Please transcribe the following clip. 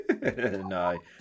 No